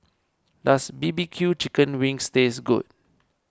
does BBQ Chicken Wings taste good